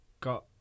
got